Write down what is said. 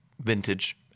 vintage